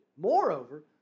Moreover